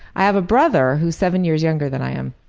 i have a brother who's seven years younger than i am.